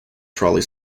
trolley